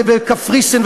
בקפריסין,